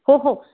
हो हो